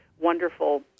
wonderful